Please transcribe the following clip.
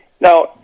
Now